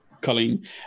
Colleen